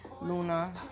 Luna